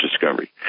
discovery